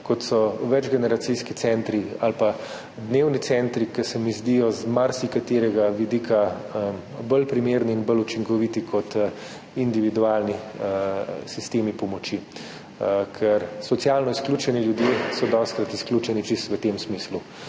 kot so večgeneracijski centri ali dnevni centri, ker se mi zdijo z marsikaterega vidika bolj primerni in bolj učinkoviti kot individualni sistemi pomoči. Ker so socialno izključeni ljudje dostikrat izključeni čisto v tem smislu,